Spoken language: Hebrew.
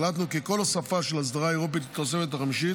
החלטנו כי כל הוספה של אסדרה אירופית לתוספת החמישית,